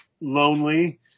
lonely